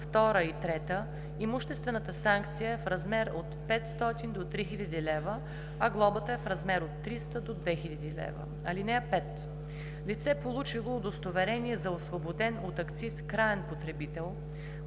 2 и 3 имуществената санкция е в размер от 500 до 3000 лв., а глобата е в размер от 300 до 2000 лв. (5) Лице, получило удостоверение за освободен от акциз краен потребител,